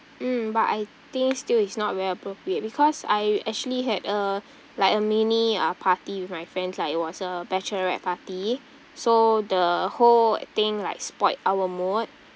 mm but I think still it's not very appropriate because I actually had a like a mini uh party with my friends lah it was a bachelorette party so the whole thing like spoiled our mood